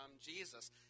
Jesus